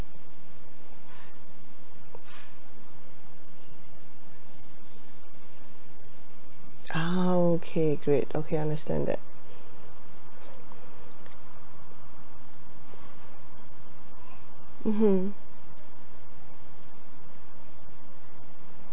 ah okay great okay understand that mmhmm